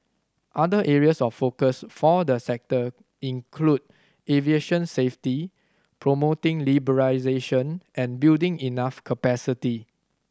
other areas of focus for the sector include aviation safety promoting liberalisation and building enough capacity